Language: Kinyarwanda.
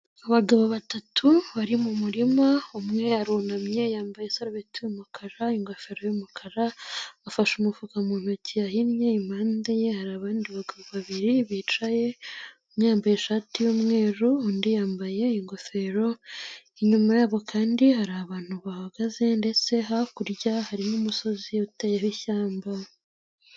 Abagabo batatu bari mu murima, umwe arunamye yambaye isarubeti y'umukara, ingofero y'umukara afashe umufuka mu ntoki yahinnye, impande ye hari abandi bagabo babiri bicaye yambaye ishati y'umweru, undi yambaye ingofero, inyuma yabo kandi hari abantu bahagaze ndetse hakurya harimo umusozi uteyeho ishyamba.